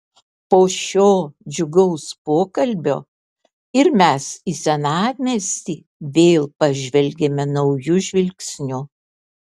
po šio džiugaus pokalbio ir mes į senamiestį vėl pažvelgiame nauju žvilgsniu